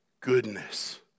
goodness